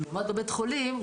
לעומת בבית החולים,